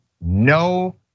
no